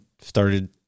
started